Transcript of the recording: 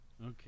Okay